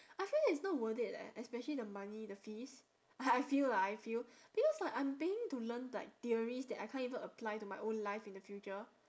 I feel that it's not worth it leh especially the money the fees I feel lah I feel because like I'm paying to learn like theories that I can't even apply to my own life in the future